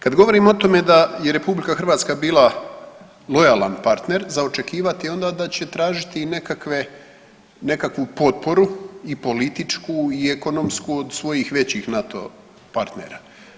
Kad govorimo o tome da je RH bila lojalan partner za očekivati je onda da će tražiti i nekakve, nekakvu potporu i političku i ekonomsku od svojih većih NATO partnera.